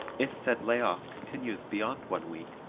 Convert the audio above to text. if said lay off continues beyond one week,